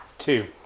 Two